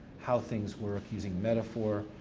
how things work using metaphor,